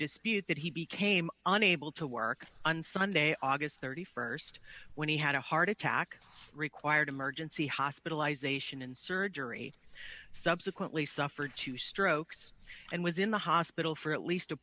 dispute that he became unable to work on sunday august st when he had a heart attack required emergency hospitalisation and surgery subsequently suffered two strokes and was in the hospital for at least a